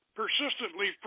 persistently